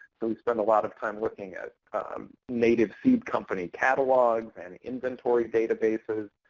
so we spend a lot of time looking at native seed company catalogs and inventory databases.